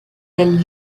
del